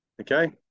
okay